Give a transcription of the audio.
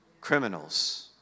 criminals